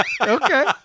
Okay